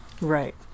right